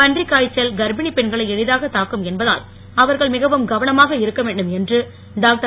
பன்றிக்காய்ச்சல் கர்ப்பிணி பெண்களை எளிதாக தாக்கும் என்பதால் அவர்கள் மிகவும் கவனமாக இருக்க வேண்டும் என்று டாக்டர்